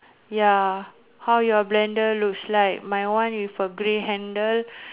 ya how your blender looks like my one with a grey handle